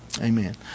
Amen